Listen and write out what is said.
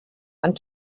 and